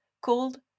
called